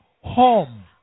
home